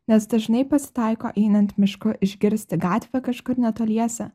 nes dažnai pasitaiko einant mišku išgirsti gatvę kažkur netoliese